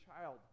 child